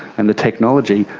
and the technology,